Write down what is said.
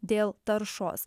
dėl taršos